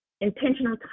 intentional